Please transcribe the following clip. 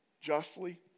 justly